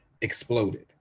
exploded